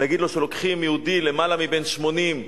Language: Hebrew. להגיד שלוקחים יהודי בן למעלה מ-80,